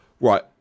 right